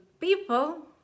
people